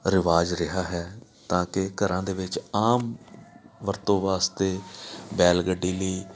ਰਿਵਾਜ਼ ਰਿਹਾ ਹੈ ਤਾਂ ਕਿ ਘਰਾਂ ਦੇ ਵਿੱਚ ਆਮ ਵਰਤੋਂ ਵਾਸਤੇ ਬੈਲਗੱਡੀ ਲਈ